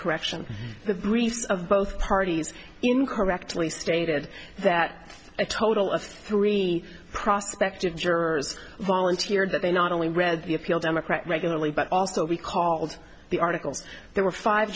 correction the release of both parties incorrectly stated that a total of three prospect of jurors volunteered that they not only read the appeal democrat regularly but also we called the articles there were five